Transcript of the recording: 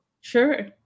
Sure